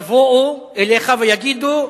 יבואו אליך ויגידו: